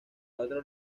cuatro